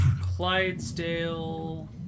Clydesdale